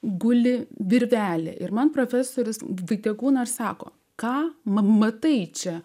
guli virvelė ir man profesorius d vaitiekūn ir sako ką matai čia